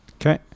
Okay